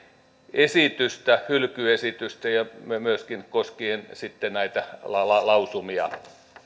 hylkyesitystä ja myöskin koskien näitä lausumia